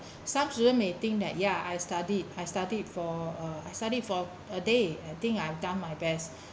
some student may think that yeah I studied I studied for uh I studied for a day I think I have done my best